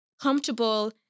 comfortable